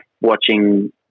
watching